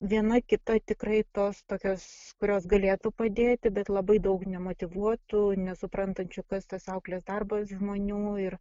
viena kita tikrai tos tokios kurios galėtų padėti bet labai daug nemotyvuotų nesuprantančių kas tas auklės darbas žmonių ir